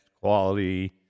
quality